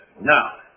Now